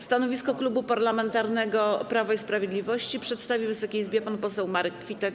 Stanowisko Klubu Parlamentarnego Prawo i Sprawiedliwość przedstawi wysokiej Izbie pan poseł Marek Kwitek.